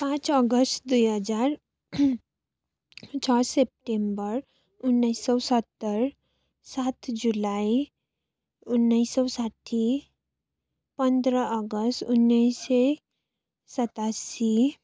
पाँच अगस्त दुई हजार छ सेप्टेम्बर उन्नाइस सय सत्तर सात जुलाई उन्नाइस सय साठी पन्ध्र अगस्त उन्नाइस सय सतासी